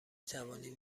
توانید